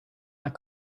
that